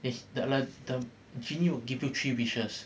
is the ala~ the genie give you three wishes